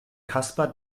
caspar